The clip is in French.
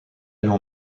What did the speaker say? l’an